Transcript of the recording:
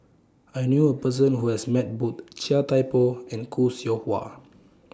I knew A Person Who has Met Both Chia Thye Poh and Khoo Seow Hwa